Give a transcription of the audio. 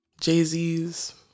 Jay-Z's